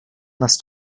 nas